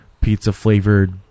pizza-flavored